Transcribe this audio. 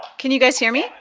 can you guys hear me?